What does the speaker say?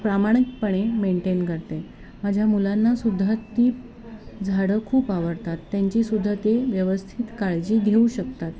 प्रामाणिकपणे मेंटेन करते माझ्या मुलांनासुद्धा ती झाडं खूप आवडतात त्यांचीसुद्धा ते व्यवस्थित काळजी घेऊ शकतात